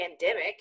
pandemic